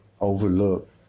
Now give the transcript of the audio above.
overlook